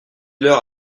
leur